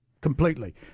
completely